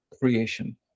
creation